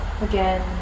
again